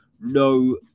No